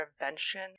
prevention